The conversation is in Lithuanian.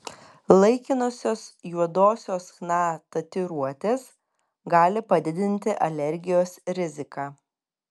laikinosios juodosios chna tatuiruotės gali padidinti alergijos riziką